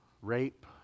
Rape